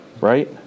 Right